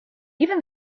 even